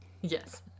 Yes